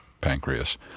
pancreas